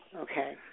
Okay